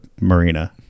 marina